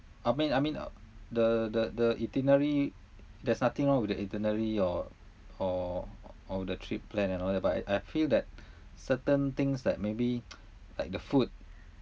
I mean I mean uh the the the itinerary there's nothing wrong with the itinerary or or or the trip plan and all that but I I feel that certain things like maybe like the food